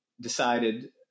decided